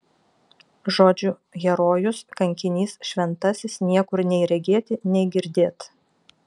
žodžių herojus kankinys šventasis niekur nei regėti nei girdėt